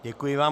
Děkuji vám.